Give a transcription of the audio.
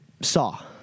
saw